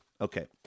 Okay